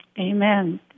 Amen